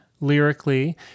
lyrically